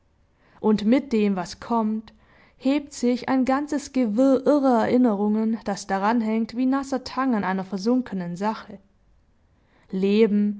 und mit dem was kommt hebt sich ein ganzes gewirr irrer erinnerungen das daranhängt wie nasser tang an einer versunkenen sache leben